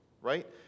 right